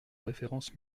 référence